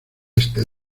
este